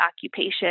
occupation